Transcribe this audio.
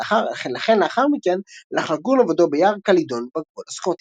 לכן לאחר מכן הלך לגור לבדו ביער קאלידון בגבול הסקוטי"